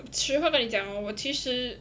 只会跟你讲我其实